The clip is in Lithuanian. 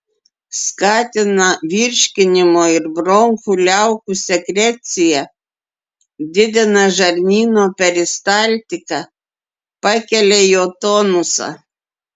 skatina virškinimo ir bronchų liaukų sekreciją didina žarnyno peristaltiką pakelia jo tonusą